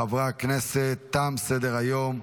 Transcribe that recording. חברי הכנסת, תם סדר-היום.